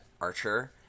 Archer